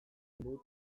dut